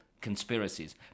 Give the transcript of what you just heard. conspiracies